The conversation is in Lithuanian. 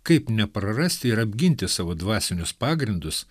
kaip neprarasti ir apginti savo dvasinius pagrindus